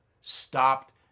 stopped